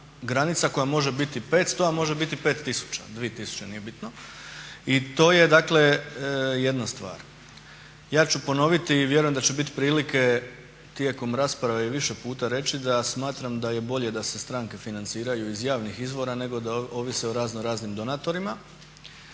granica koja može biti 500 a može biti 5000, 2000, nije bitno. I to je dakle jedna stvar. Ja ću ponoviti i vjerujem da će biti prilike tijekom rasprave i više puta reći da smatram da je bolje da se stranke financiraju iz javnih izvora nego da ovise o razno raznim donatorima.